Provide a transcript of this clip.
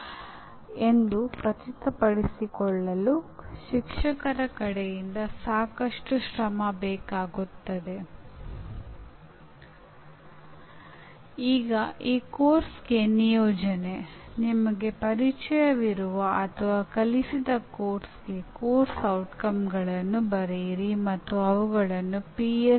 ನೀವು ಕಲಿಸಿದ ಅಥವಾ ಅನುಭವಿಸಿದ ಪಠ್ಯಕ್ರಮಗಳಲ್ಲಿ ವಿದ್ಯಾರ್ಥಿಗಳಲ್ಲಿ ಉತ್ತಮ ಕಲಿಕೆಗೆ ಕಾರಣವಾಗಿದೆ ಎಂದು ನೀವು ಭಾವಿಸಿದ ಎರಡು ಬೋಧನಾ ವಿಧಾನಗಳ ಉದಾಹರಣೆಗಳನ್ನು ನೀಡಿ